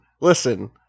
listen